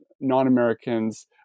non-Americans